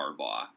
Harbaugh